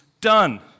done